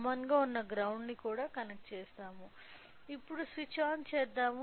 common గా ఉన్న grounds ని కనెక్ట్ చేస్తాము ఇప్పుడు స్విచ్ ఆన్ చేద్దాం